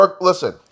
Listen